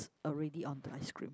already on the ice cream